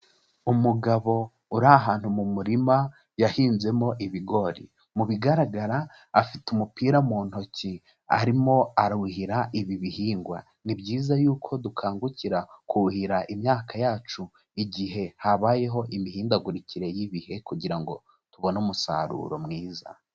Umugabo uri ahantu mu murima yahinzemo ibigori, mu bigaragara afite umupira mu ntoki arimo aruhira ibi bihingwa, ni byiza y'uko dukangukira kuhira imyaka yacu igihe habayeho imihindagurikire y'ibihe kugira ngo tubone umusaruro mwiza.